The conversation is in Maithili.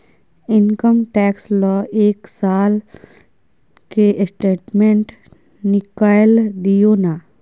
इनकम टैक्स ल एक साल के स्टेटमेंट निकैल दियो न?